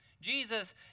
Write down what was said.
Jesus